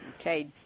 Okay